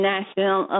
National